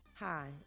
Hi